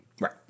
Right